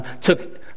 took